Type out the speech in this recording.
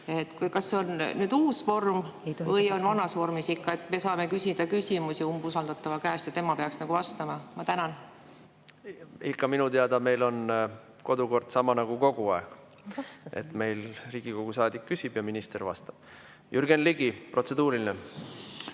Kas see on nüüd uus vorm [või käib] see vanas vormis ikka, et me saame küsida küsimusi umbusaldatava käest ja tema peaks vastama? Ma tänan! Minu teada on meil kodukord sama nagu kogu aeg: Riigikogu saadik küsib ja minister vastab. Jürgen Ligi, protseduuriline.